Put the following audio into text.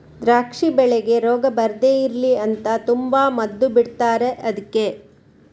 ದ್ರಾಕ್ಷಿ ಬೆಳೆಗೆ ರೋಗ ಬರ್ದೇ ಇರ್ಲಿ ಅಂತ ತುಂಬಾ ಮದ್ದು ಬಿಡ್ತಾರೆ ಅದ್ಕೆ